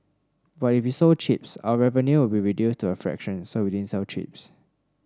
but if we sold chips our revenue would be reduced to a fraction so we didn't sell chips